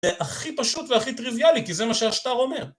זה הכי פשוט והכי טריוויאלי, כי זה מה שהשטר אומר,